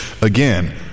again